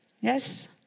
Yes